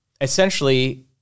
essentially